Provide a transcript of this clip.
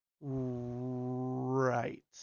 Right